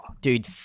dude